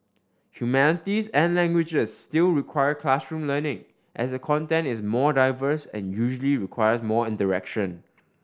humanities and languages still require classroom learning as the content is more diverse and usually require more interaction